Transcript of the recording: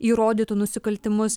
įrodytų nusikaltimus